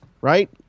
right